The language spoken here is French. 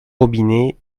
robinet